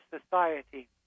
society